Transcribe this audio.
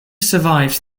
survives